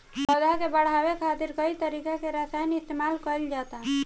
पौधा के बढ़ावे खातिर कई तरीका के रसायन इस्तमाल कइल जाता